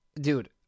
Dude